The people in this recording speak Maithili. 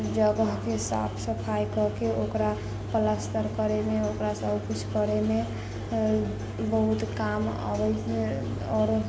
जगह के साफ सफाइ कऽ के ओकरा प्लस्तर करय मे ओकरा सब किछु करय मे बहुत काम आओर